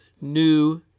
new